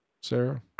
Sarah